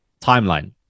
timeline